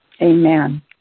Amen